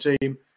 team